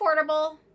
affordable